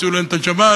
הוציאו להם את הנשמה.